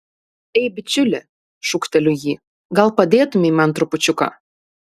ei bičiuli šūkteliu jį gal padėtumei man trupučiuką